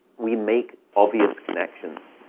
we make obvious connections.